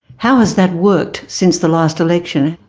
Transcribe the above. how has that worked since the last election?